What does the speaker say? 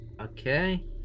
Okay